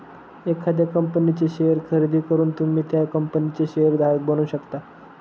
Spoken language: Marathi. एखाद्या कंपनीचे शेअर खरेदी करून तुम्ही त्या कंपनीचे शेअर धारक बनू शकता